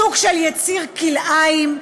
סוג של יציר כלאיים,